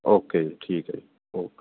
okay ਠੀਕ ਹੈ ਜੀ ਓਕੇ